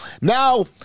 Now